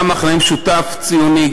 גם מכנה משותף ציוני,